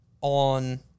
on